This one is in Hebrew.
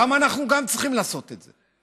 למה אנחנו צריכים לעשות את זה?